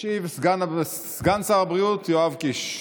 ישיב סגן שר הבריאות יואב קיש.